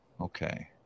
Okay